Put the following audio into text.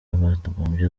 batagombye